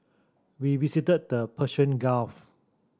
we visited the Persian Gulf